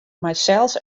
mysels